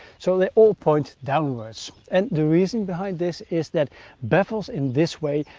so, the all point downwards. and the reason behind this is that baffles in this way,